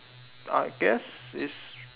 I guess it's